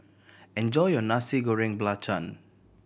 enjoy your Nasi Goreng Belacan